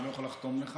אני לא יכול לחתום לך,